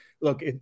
look